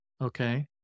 Okay